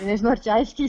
nežinau ar čia aiškiai